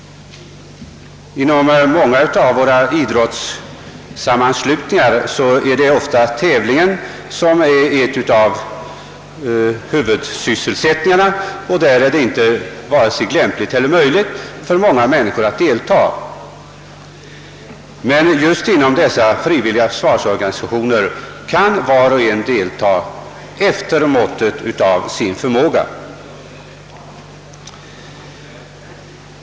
Inom våra idrottssammanslutningar är ofta tävlingarna huvudsyftet, och där är det för många människor varken lämpligt eller möjligt att deltaga. Inom de frivilliga försvarsorganisationerna kan emellertid var och en deltaga efter måttet av sin förmåga.